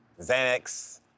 Xanax